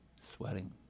sweating